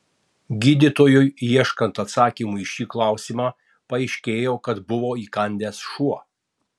gydytojui ieškant atsakymų į šį klausimą paaiškėjo kad buvo įkandęs šuo